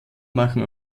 machen